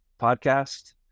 podcast